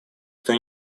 кто